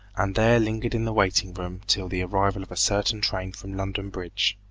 and there lingered in the waiting room till the arrival of a certain train from london bridge.